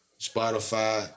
Spotify